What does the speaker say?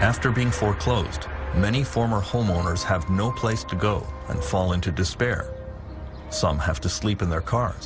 after being foreclosed many former homeowners have no place to go and fall into despair some have to sleep in their car